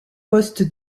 poste